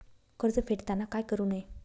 कर्ज फेडताना काय करु नये?